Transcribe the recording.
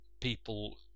people